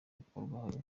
gukorwaho